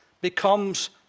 becomes